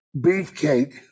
Beefcake